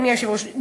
אדוני היושב-ראש,